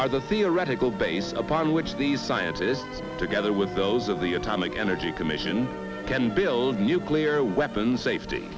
are the theoretical basis upon which these scientists together with those of the atomic energy commission can build nuclear weapons safety